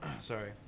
Sorry